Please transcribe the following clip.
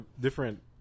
different